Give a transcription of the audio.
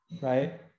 right